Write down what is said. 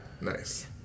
Nice